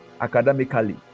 academically